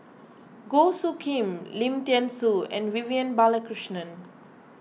Goh Soo Khim Lim thean Soo and Vivian Balakrishnan